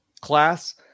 class